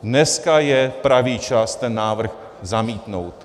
Dneska je pravý čas ten návrh zamítnout.